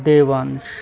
Devansh